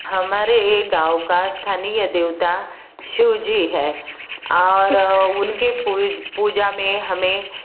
हमारे एक गाँव का स्थानीय देवता शिव जी हैं और उनके पूजा मे हमें